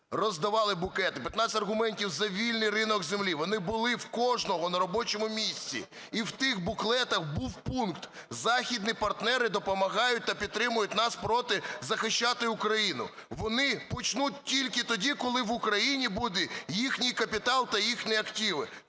роздавали буклети "15 аргументів за вільний ринок землі". Вони були в кожного на робочому місці. І в тих буклетах був пункт: західні партнери допомагають та підтримують нас проти… захищати Україну. Вони почнуть тільки тоді, коли в Україні буде їхній капітал та їхні активи.